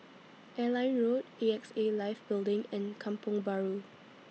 Airline Road A X A Life Building and Kampong Bahru